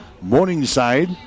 Morningside